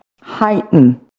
heighten